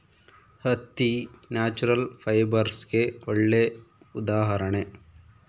ಹತ್ತಿ ನ್ಯಾಚುರಲ್ ಫೈಬರ್ಸ್ಗೆಗೆ ಒಳ್ಳೆ ಉದಾಹರಣೆ